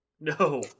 No